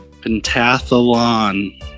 Pentathlon